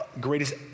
greatest